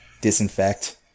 Disinfect